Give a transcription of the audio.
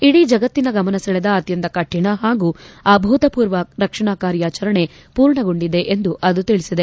ಇಡೀ ಜಗತಿನ ಗಮನ ಸೆಳೆದ ಅತ್ಯಂತ ಕಠಿಣ ಹಾಗೂ ಅಭೂತಪೂರ್ವ ರಕ್ಷಣಾ ಕಾರ್ಯಾಚರಣೆ ಪೂರ್ಣಗೊಂಡಿದೆ ಎಂದು ಅದು ತಿಳಿಸಿದೆ